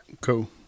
Cool